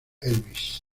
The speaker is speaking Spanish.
elvis